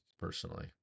personally